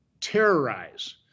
terrorize